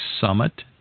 Summit